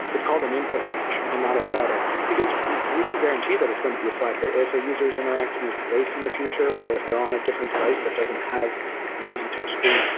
it's called an input range and not a slider. because we don't guarantee that it's going to be a slider. if a user is interacting with voice in the future, or if they're on a different device that doesn't have an easy touchscreen,